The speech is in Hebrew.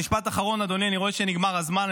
משפט אחרון, אדוני, אני רואה שנגמר הזמן.